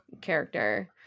character